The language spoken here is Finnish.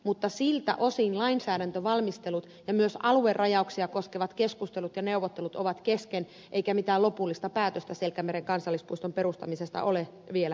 mutta siltä osin lainsäädäntövalmistelut ja myös aluerajauksia koskevat keskustelut ja neuvottelut ovat kesken eikä mitään lopullista päätöstä selkämeren kansallispuiston perustamisesta ole vielä tehty